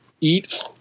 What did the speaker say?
Eat